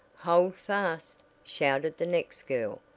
hold fast! shouted the next girl,